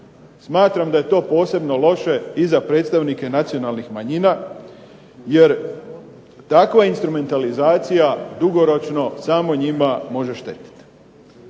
Smatram da je to posebno loše i za predstavnike nacionalnih manjina jer takva instrumentalizacija dugoročno samo njima može štetiti.